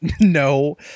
no